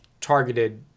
targeted